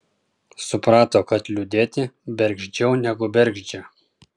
suprato kad liūdėti bergždžiau negu bergždžia